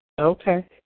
Okay